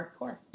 hardcore